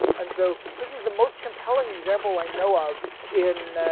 and so this is the most compelling example i know of in